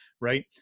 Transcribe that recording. right